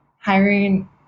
hiring